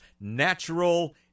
natural